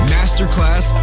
Masterclass